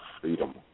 freedom